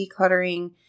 decluttering